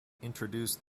introduced